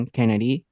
Kennedy